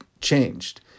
changed